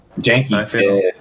Janky